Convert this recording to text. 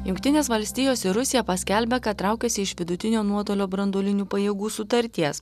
jungtinės valstijos ir rusija paskelbė kad traukiasi iš vidutinio nuotolio branduolinių pajėgų sutarties